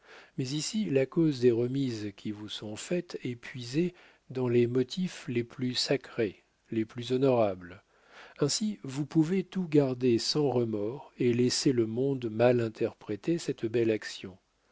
mais ici la cause des remises qui vous sont faites est puisée dans les motifs les plus sacrés les plus honorables ainsi vous pouvez tout garder sans remords et laisser le monde mal interpréter cette belle action